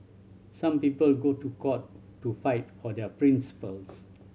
some people go to court to fight for their principles